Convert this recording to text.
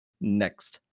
next